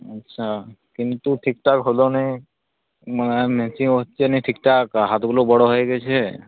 আচ্ছা কিন্তু ঠিকঠাক হল নি মা নিচে হচ্ছে নি ঠিকঠাক হাতগুলো বড়ো হয়ে গেছে